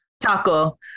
taco